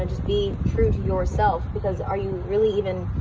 and just be true to yourself because are you really even,